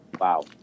Wow